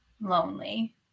lonely